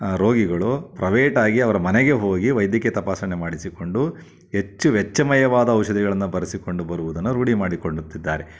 ರೋಗಿಗಳು ಪ್ರವೇಟ್ ಆಗಿ ಅವ್ರ ಮನೆಗೇ ಹೋಗಿ ವೈದ್ಯಕೀಯ ತಪಾಸಣೆ ಮಾಡಿಸಿಕೊಂಡು ಹೆಚ್ಚು ವೆಚ್ಚಮಯವಾದ ಔಷಧಿಗಳನ್ನು ಬರೆಸಿಕೊಂಡು ಬರುವುದನ್ನ ರೂಢಿ ಮಾಡಿಕೊಳ್ಳುತ್ತಿದ್ದಾರೆ